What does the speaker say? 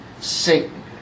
Satan